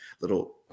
little